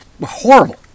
horrible